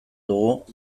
dugu